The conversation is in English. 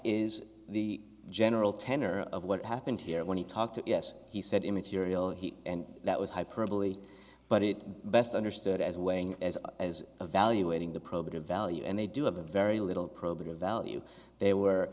is the general tenor of what happened here when he talked to us he said immaterial and that was hyperbole but it best understood as weighing as far as evaluating the probative value and they do have a very little probative value they were